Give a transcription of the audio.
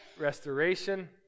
restoration